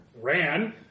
ran